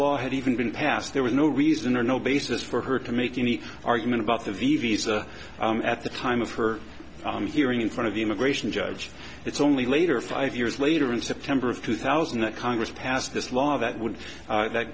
law had even been passed there was no reason or no basis for her to make any argument about the visa at the time of her hearing in front of the immigration judge it's only later five years later in september of two thousand that congress passed this law that would that